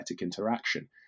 interaction